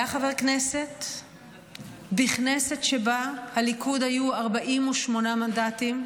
הוא היה חבר הכנסת בכנסת שבה לליכוד היו 48 מנדטים,